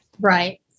Right